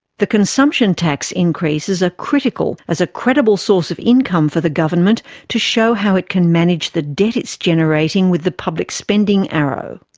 the consumption tax increases are critical as a credible source of income for the government to show how it can manage the debt is generating with the public spending arrow.